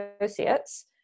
Associates